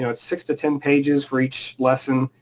you know it's six to ten pages for each lesson,